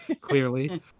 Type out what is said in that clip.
clearly